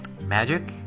Magic